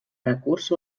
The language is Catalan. recurs